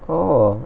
oh